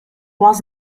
was